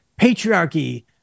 patriarchy